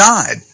God